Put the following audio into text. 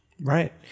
Right